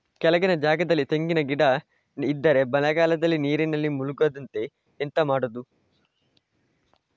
ಕೆಳಗಿನ ಜಾಗದಲ್ಲಿ ತೆಂಗಿನ ಗಿಡ ಇದ್ದರೆ ಮಳೆಗಾಲದಲ್ಲಿ ನೀರಿನಲ್ಲಿ ಮುಳುಗದಂತೆ ಎಂತ ಮಾಡೋದು?